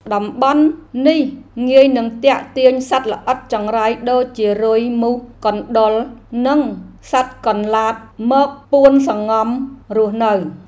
តំបន់នេះងាយនឹងទាក់ទាញសត្វល្អិតចង្រៃដូចជា រុយ មូស កណ្តុរ និងសត្វកន្លាតមកពួនសម្ងំរស់នៅ។